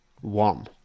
One